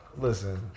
listen